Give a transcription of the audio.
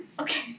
Okay